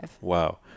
Wow